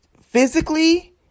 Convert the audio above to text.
physically